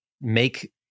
make